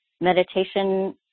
Meditation